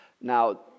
now